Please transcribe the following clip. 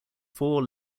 four